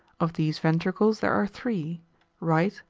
of these ventricles there are three right,